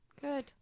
Good